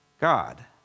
God